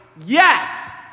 Yes